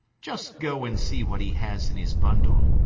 just go and see what he has in his bundle.